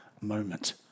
moment